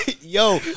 Yo